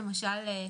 למשל,